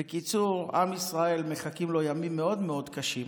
בקיצור, לעם ישראל מחכים ימים מאוד מאוד קשים,